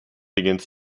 against